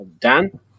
Dan